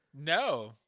No